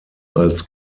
als